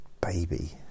baby